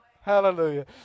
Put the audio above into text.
Hallelujah